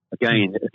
Again